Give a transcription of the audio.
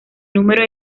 número